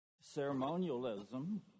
ceremonialism